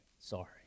Sorry